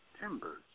timbers